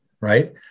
right